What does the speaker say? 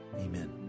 Amen